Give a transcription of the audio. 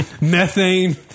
methane